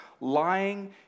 lying